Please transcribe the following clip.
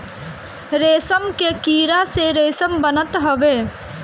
रेशम के कीड़ा से रेशम बनत हवे